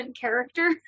character